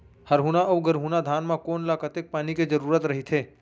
हरहुना अऊ गरहुना धान म कोन ला कतेक पानी के जरूरत रहिथे?